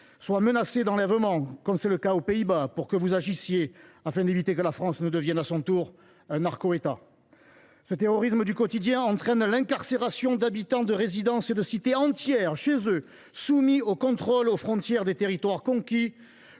soit menacé d’enlèvement, comme c’est le cas en Belgique, pour que vous agissiez, afin d’éviter que la France ne devienne à son tour un narco État ? Ce terrorisme du quotidien entraîne l’incarcération d’habitants de résidences et de cités entières chez eux, soumis aux contrôles aux frontières des territoires conquis,